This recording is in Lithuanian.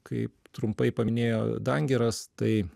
kaip trumpai paminėjo dangiras tai